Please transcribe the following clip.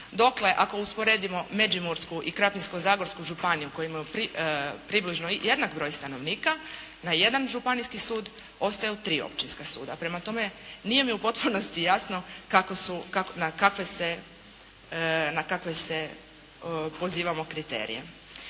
dokle ako usporedimo Međimursku i Krapinsko-zagorsku županiju koji imaju približno jednak broj stanovnika na jedan županijski sud ostaju tri općinska suda. Prema tome, nije mi u potpunosti jasno na kakve se pozivamo kriterije.